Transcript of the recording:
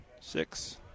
six